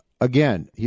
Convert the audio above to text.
again